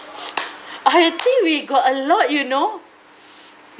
I think we got a lot you know